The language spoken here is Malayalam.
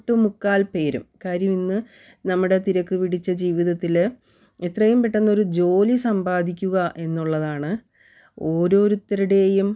ഒട്ടുമുക്കാൽ പേരും കാര്യം ഇന്ന് നമ്മുടെ തിരക്ക് പിടിച്ച ജീവിതത്തിൽ എത്രയും പെട്ടെന്നൊരു ജോലി സമ്പാദിക്കുക എന്നുള്ളതാണ് ഓരോരുത്തരുടെയും